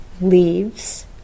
leaves